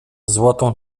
złotą